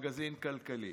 המגזין הכלכלי.